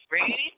Ready